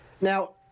Now